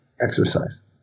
exercise